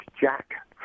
Jack